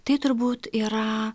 tai turbūt yra